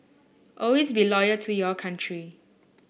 always be loyal to your country